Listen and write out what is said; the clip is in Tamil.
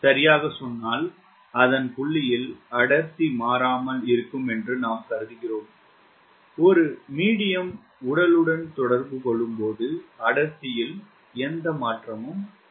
சரியாக சொன்னால் அதன் புள்ளியில் அடர்த்தி மாறாமல் இருக்கும் என்று நாம் கருதுகிறோம் ஒரு மீடியம் உடலுடன் தொடர்பு கொள்ளும்போது அடர்த்தியில் எந்த மாற்றமும் இல்லை